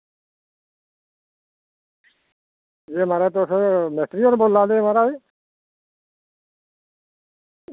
एह् महाराज तुस मिस्त्री होर बोला दे महाराज